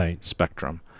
spectrum